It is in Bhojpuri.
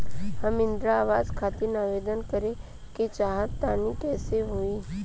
हम इंद्रा आवास खातिर आवेदन करे क चाहऽ तनि कइसे होई?